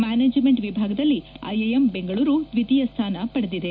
management ವಿಭಾಗದಲ್ಲಿ IIM Bengaluru ದ್ವಿತೀಯ ಸ್ಥಾನ ಪಡೆದಿದೆ